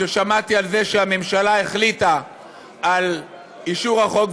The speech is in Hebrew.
כששמעתי על זה שהממשלה החליטה על אישור החוק,